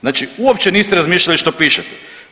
Znači uopće niste razmišljali što pišete.